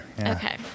Okay